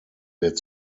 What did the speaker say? wird